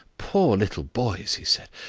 poor little boys, he said.